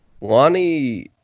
Lonnie